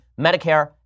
Medicare